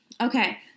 Okay